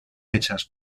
hechas